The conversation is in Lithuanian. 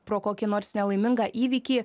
pro kokį nors nelaimingą įvykį